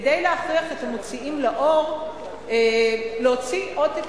כדי להכריח את המוציאים לאור להוציא עותק